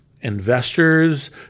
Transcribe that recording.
investors